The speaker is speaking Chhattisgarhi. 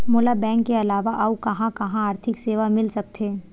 मोला बैंक के अलावा आऊ कहां कहा आर्थिक सेवा मिल सकथे?